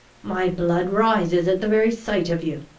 my blood rises at the very sight of you.